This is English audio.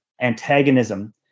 antagonism